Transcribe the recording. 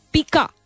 Pika